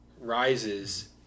Rises